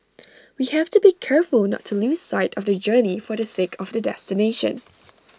we have to be careful not to lose sight of the journey for the sake of the destination